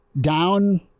down